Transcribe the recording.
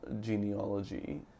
genealogy